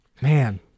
Man